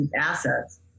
assets